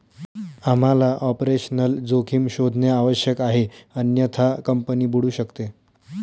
आम्हाला ऑपरेशनल जोखीम शोधणे आवश्यक आहे अन्यथा कंपनी बुडू शकते